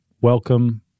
welcome